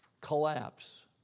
collapse